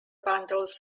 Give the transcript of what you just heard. bundles